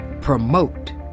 promote